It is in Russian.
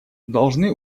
должны